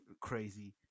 Crazy